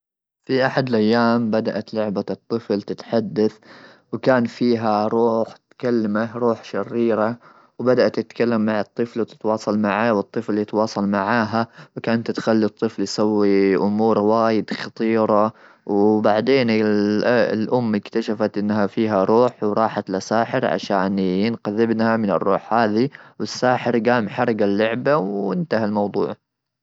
بدات اللعبه بالتحدث ,وبقيت الالعاب يتحدثون معها ,والولد صاحب الالعاب اكتشف انها يلعبون باللعب وتعارف وصاروا اصدقاء وصار يلعب اللعب ,وكان هذا سره واللي ما احد يعرف ابد وايد ما احد يعرف كلش وكان يلعبون ويتامرون سويا ويلعبون مع كل يوم ابد وما كان احد يعرف.